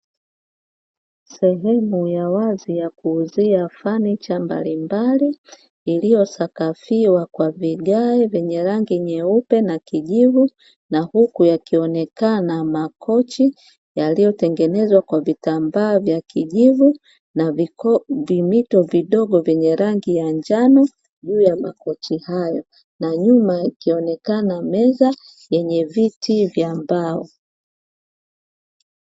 Sehemu ya wazi ya kuuzia fanicha mbalimbali ilio sakafiwa kwa vigae vyenye rangi nyeupe na kijivu, na huku yakionekana makochi yaliyotengenezwa kwa vitambaa vya kijivu na vimito vidogo vyenye rangi ya njano; juu ya makochi hayo na nyuma ikionekana meza yenye viti vya mbao.